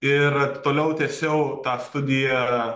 ir toliau tęsiau tą studiją